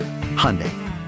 hyundai